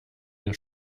den